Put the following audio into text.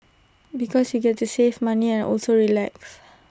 because you get to save money and also relax